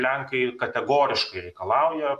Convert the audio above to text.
lenkai kategoriškai reikalauja